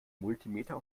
multimeter